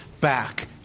back